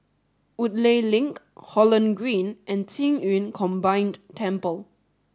Woodleigh Link Holland Green and Qing Yun Combined Temple